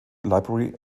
library